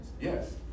Yes